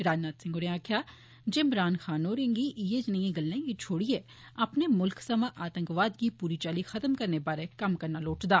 राजनाथ होरें आक्खेआ जे इमरान खान होरें गी इयै जनेइयें गल्लें गी छोड़िए अपने मुल्ख सवां आतंकवाद गी पूरी चाल्ली खत्म करने बारै कम्म करना लोड़चदा